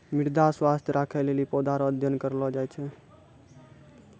मृदा स्वास्थ्य राखै लेली पौधा रो अध्ययन करलो जाय छै